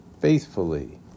faithfully